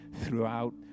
throughout